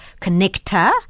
connector